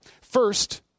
First